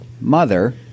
mother